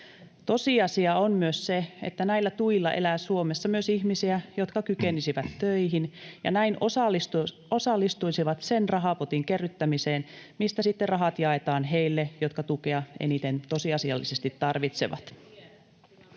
Tosiasia on myös se, että näillä tuilla elää Suomessa myös ihmisiä, jotka kykenisivät töihin ja näin osallistuisivat sen rahapotin kerryttämiseen, mistä sitten rahat jaetaan heille, jotka tukea eniten tosiasiallisesti tarvitsevat.